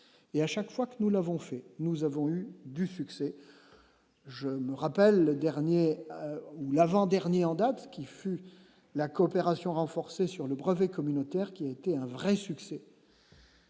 et à chaque fois que nous l'avons fait nous avons eu du succès, je me rappelle le dernier ou l'avant-dernier en date, qui fut la coopération renforcée sur le brevet communautaire qui a été un vrai succès.